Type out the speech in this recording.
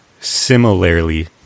similarly